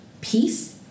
peace